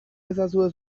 ezazue